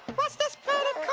what's this planet